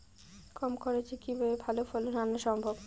কম খরচে কিভাবে ভালো ফলন আনা সম্ভব?